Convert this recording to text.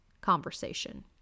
conversation